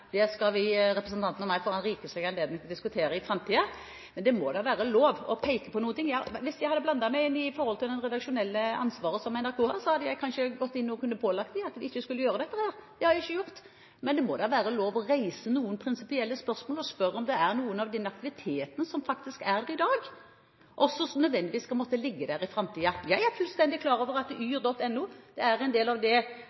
Det skal representanten og jeg få rikelig anledning til å diskutere i framtiden. Men det må da være lov å peke på noen ting. Hvis jeg hadde blandet meg inn i det redaksjonelle ansvaret som NRK har, hadde jeg kanskje gått inn og pålagt dem at de ikke skulle gjøre dette. Det har jeg ikke gjort. Men det må da være lov å reise noen prinsipielle spørsmål og spørre om det er noe av den aktiviteten som faktisk er der i dag, som nødvendigvis skal måtte ligge der i framtiden. Jeg er fullstendig klar over at